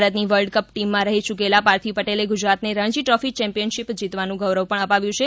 ભારતની world cup ટીમમાં રહી ચૂકેલા પાર્થિવ પટેલે ગુજરાતને રણજી ટ્રોફી ચેમ્પિયન શિપ જીતવાનું ગૌરવ પણ અપાવ્યું છે